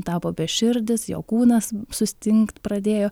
tapo beširdis jo kūnas sustingt pradėjo